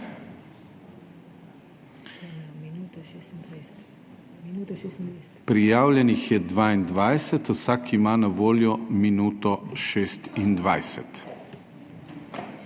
Prijavljenih je 22, vsak ima na voljo minuto 26.